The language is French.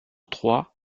trois